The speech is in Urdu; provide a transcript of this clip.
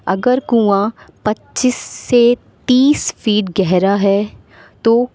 اگر کنواں پچیس سے تیس فیٹ گہرا ہے تو